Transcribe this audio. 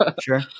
Sure